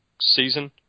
season